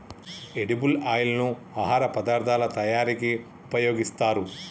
edible oil ను ఆహార పదార్ధాల తయారీకి ఉపయోగిస్తారు